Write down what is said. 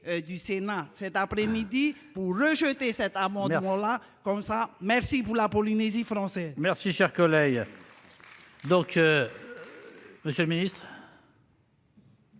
du Sénat cet après-midi pour rejeter cet amendement. Merci pour la Polynésie française